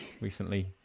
recently